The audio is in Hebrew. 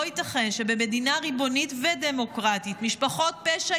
לא ייתכן שבמדינה ריבונית ודמוקרטית משפחות פשע